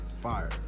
fire